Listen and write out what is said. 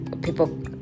People